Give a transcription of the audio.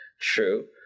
True